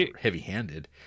heavy-handed